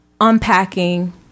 unpacking